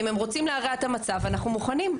אם הם רוצים להרע את המצב, אנחנו מוכנים.